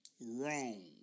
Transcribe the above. Wrong